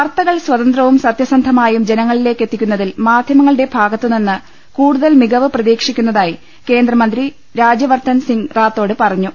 വാർത്തകൾ സ്വതന്ത്രവും സത്യസന്ധമായും ജനങ്ങ ളിലേക്കെത്തിക്കുന്നതിൽ മാധ്യമങ്ങളുടെ ഭാഗത്തുനിന്ന് കൂടുതൽ മികവ് പ്രതീക്ഷിക്കുന്നതായി കേന്ദ്രമന്ത്രി രാജ്യവർദ്ധൻ സിംഗ് റാത്തോഡ് പറഞ്ഞു